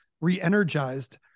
re-energized